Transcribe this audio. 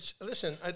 Listen